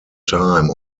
time